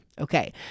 Okay